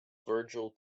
virgil